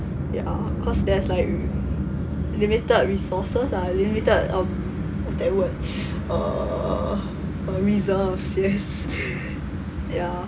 ya cause there's like limited resources ah limited um what's that word uh reserves yes ya